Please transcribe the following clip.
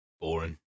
Boring